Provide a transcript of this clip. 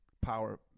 Power